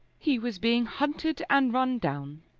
he was being hunted and run down,